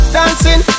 Dancing